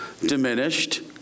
diminished